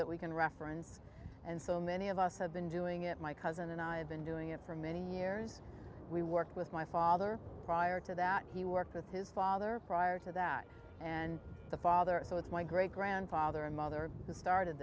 that we can reference and so many of us have been doing it my cousin and i have been doing it for many years we worked with my father prior to that he worked with his father prior to that and the father so it's my great grandfather and mother who started